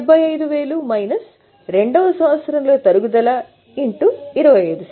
75000 minus రెండవ సంవత్సరంలో తరుగుదల x 25